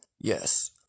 Yes